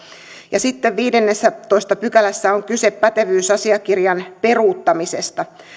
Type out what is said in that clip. ja sitten viidennessätoista pykälässä on kyse pätevyysasiakirjan peruuttamisesta